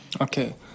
Okay